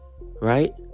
right